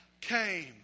came